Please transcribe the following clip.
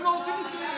הם לא רוצים להתגייר.